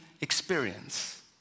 experience